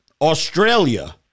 Australia